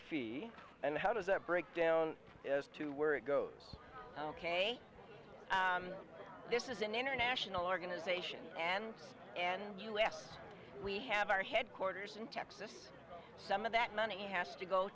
fee and how does a breakdown as to where it goes ok this is an international organization and and us we have our headquarters in texas some of that money has to go